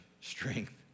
strength